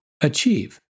achieve